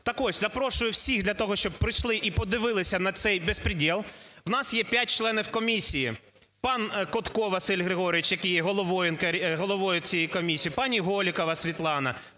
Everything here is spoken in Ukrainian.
Так ось запрошую всіх для того, щоб прийшли і подивилися на цей бєспрєдєл. У нас є п'ять членів комісії: пан Котко Василь Григорович, який є головою цієї комісії, пані Голікова Світлана,